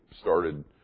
started